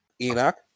Enoch